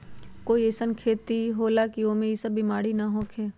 कोई अईसन खेती होला की वो में ई सब बीमारी न होखे?